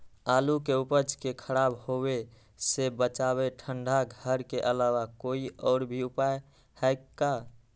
आलू के उपज के खराब होवे से बचाबे ठंडा घर के अलावा कोई और भी उपाय है का?